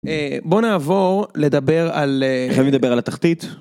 בוא נעבור לדבר על... חייבים לדבר על התחתית.